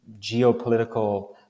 geopolitical